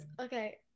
Okay